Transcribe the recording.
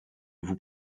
vous